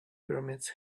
pyramids